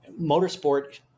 motorsport